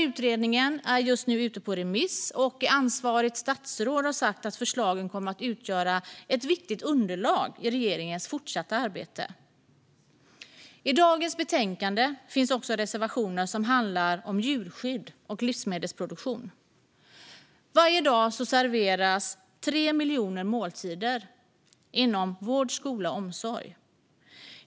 Utredningen är just nu ute på remiss, och ansvarigt statsråd har sagt att förslagen kommer att utgöra ett viktigt underlag i regeringens fortsatta arbete. I dagens betänkande finns också reservationer som handlar om djurskydd och livsmedelsproduktion. Varje dag serveras 3 miljoner måltider inom vård, skola och omsorg.